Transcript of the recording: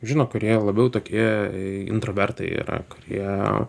žino kurie labiau tokie intravertai yra kurie